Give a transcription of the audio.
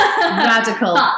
Radical